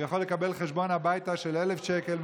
הוא יכול לקבל חשבון הביתה של 1,000 שקל,